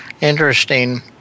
Interesting